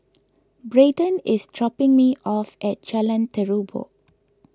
Braeden is dropping me off at Jalan Terubok